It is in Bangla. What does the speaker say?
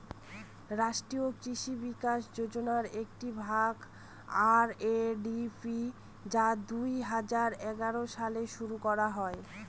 রাষ্ট্রীয় কৃষি বিকাশ যোজনার একটি ভাগ আর.এ.ডি.পি যা দুই হাজার এগারো সালে শুরু করা হয়